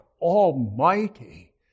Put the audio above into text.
Almighty